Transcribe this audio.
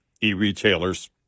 e-retailers